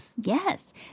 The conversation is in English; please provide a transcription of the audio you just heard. Yes